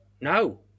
no